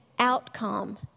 outcome